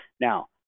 Now